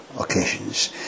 occasions